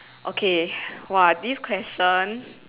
okay !wah! this question